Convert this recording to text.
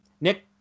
Nick